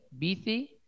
bici